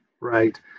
right